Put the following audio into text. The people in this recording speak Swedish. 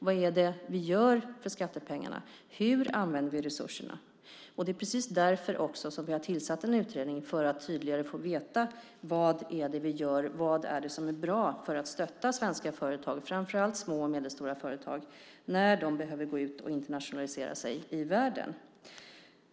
Vad är det vi gör för skattepengarna? Hur använder vi resurserna? Det är precis därför som vi har tillsatt en utredning, för att tydligare få veta vad det är vi gör, vad det är som är bra för att stötta svenska företag, framför allt små och medelstora företag, när de behöver gå ut och internationalisera sig i världen.